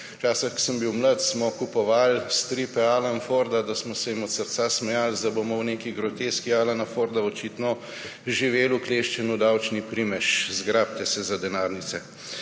Včasih, ko sem bil mlad, smo kupovali stripe Alana Forda, da smo se jim od srca smejali, zdaj bomo v neki groteski Alana Forda očitno živeli, ukleščeni v davčni primež. Zgrabite se za denarnice.